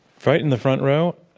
right in the front row.